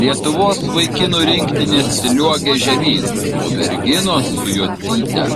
lietuvos vaikinų rinktinės sliuogia žemyn o merginos su jocyte